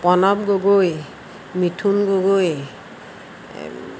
Pranab Gogoi Mithun Gogoi